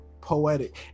Poetic